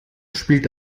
spielt